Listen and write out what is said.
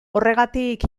horregatik